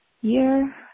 year